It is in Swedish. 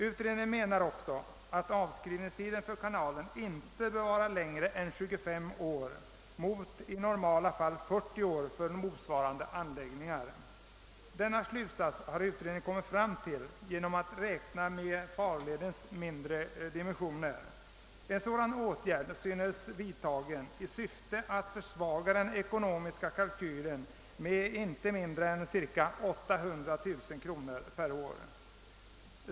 Utredningen menar också att avskrivningstiden för kanalprojektet inte bör vara längre än 25 år mot normalt 40 år för motsvarande anläggningar. Denna slutsats har utredningen kommit fram till genom att räkna med farledens mindre dimensioner. En sådan åtgärd synes vidtagen i syfte att försvaga den ekonomiska kalkylen med inte mindre än cirka 800 000 kronor per år.